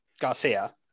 Garcia